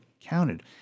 counted